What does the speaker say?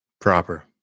Proper